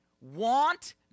want